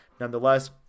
nonetheless